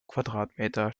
quadratmeter